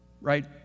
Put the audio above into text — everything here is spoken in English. right